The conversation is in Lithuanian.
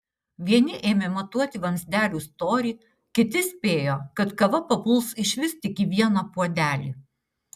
vieni ėmė matuoti vamzdelių storį kiti spėjo kad kava papuls išvis tik į vieną puodelį